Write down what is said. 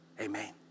Amen